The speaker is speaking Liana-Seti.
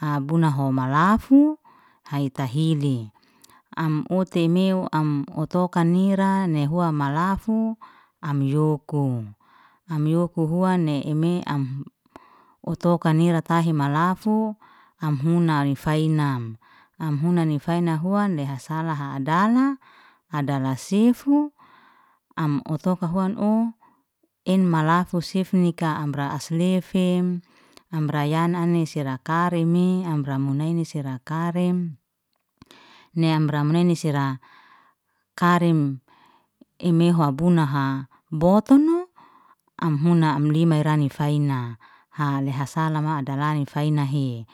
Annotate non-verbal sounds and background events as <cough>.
Abuna ho malafu, haitahili, am utimeu, am utoka nira, nehua malafu am yoku. Am yoku huanni ime, am utoka nira tahimalafu. am huna am fainam. Am hunani faina huan, lehasalaha dalah adalah sefu, am otuka huan, <hesitation> en malafu sifnika amra aslefem. Amra yanani sirakarimi, amra munaini sirakarim. Nea amra munani sira karim imehu abuna ha botono. Am huna am lima irani faina. <hesitation> leha salama adalani fainahi